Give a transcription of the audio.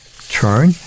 turn